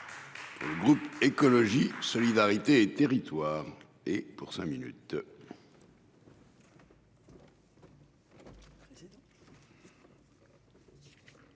Breuiller. Écologie solidarité et territoires et pour cinq minutes.